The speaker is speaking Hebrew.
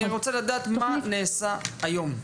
אני רוצה לדעת מה נעשה היום.